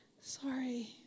Sorry